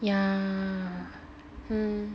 yeah hmm